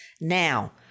Now